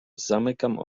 zamykam